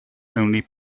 only